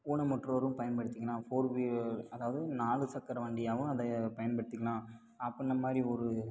ஊனமுற்றோரும் பயன்படுத்திக்கலாம் four wheel அதாவது நாலு சக்கர வண்டியாகவும் அதை பயன்படுத்திக்கலாம் அப்பிடின்னமாரி ஒரு